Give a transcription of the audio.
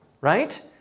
right